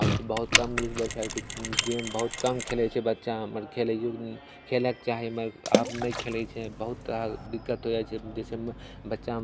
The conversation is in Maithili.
आब तऽ बहुत कम मिलै देखै लऽ गेम बहुत कम खेलैत छै बच्चा पर खेलैयो खेलैके चाही आब नहि खेलैत छै बहुत रास दिक्कत हो जाइत छै जैसे बच्चा